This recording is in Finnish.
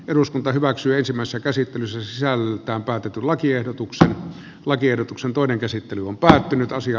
eduskunta hyväksyisimmässä käsittelyssä sisällöltään päätetyn lakiehdotuksen lakiehdotuksen toinen käsittely on päättynyt ja asia